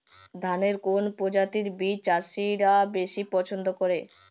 ধানের কোন প্রজাতির বীজ চাষীরা বেশি পচ্ছন্দ করে?